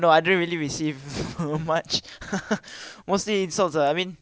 no I didn't really receive much most insults lah I mean